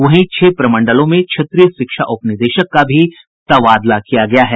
वहीं छह प्रमंडलों में क्षेत्रीय शिक्षा उपनिदेशक का भी तबादला किया गया है